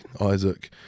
Isaac